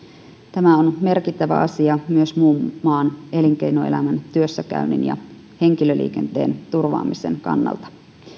tämä on merkittävä asia myös muun maan elinkeinoelämän työssäkäynnin ja henkilöliikenteen turvaamisen kannalta